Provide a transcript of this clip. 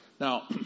Now